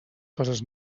coses